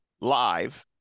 live